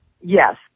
Yes